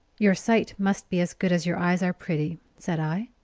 your sight must be as good as your eyes are pretty, said i,